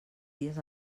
dies